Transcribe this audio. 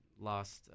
Lost